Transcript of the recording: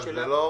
אבל זה לא הוא,